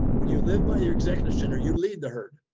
when you live by your executive center, you lead the herd.